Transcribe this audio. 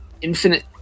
Infinite